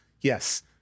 yes